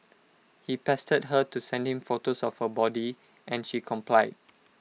he pestered her to send him photos of her body and she complied